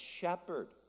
shepherd